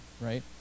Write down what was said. right